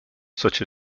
such